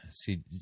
See